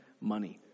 money